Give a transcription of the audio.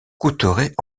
coûterait